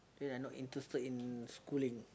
then I not interested in schooling